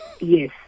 Yes